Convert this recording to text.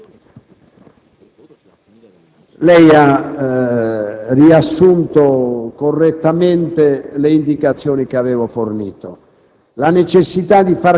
Lei ha riassunto correttamente le indicazioni che avevo fornito.